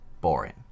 Boring